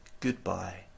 Goodbye